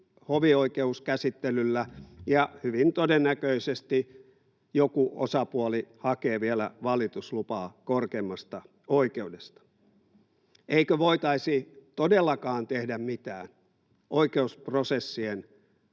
hovioikeuskäsittelyllä ja hyvin todennäköisesti joku osapuoli hakee vielä valituslupaa korkeimmasta oikeudesta. Eikö voitaisi todellakaan tehdä mitään oikeusprosessien